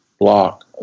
block